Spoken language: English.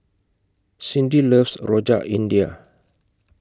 Cindi loves Rojak India